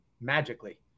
magically